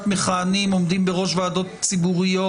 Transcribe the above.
מכהנים שעומדים בראש ועדות ציבוריות?